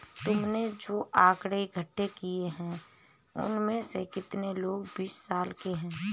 तुमने जो आकड़ें इकट्ठे किए हैं, उनमें से कितने लोग बीस साल के हैं?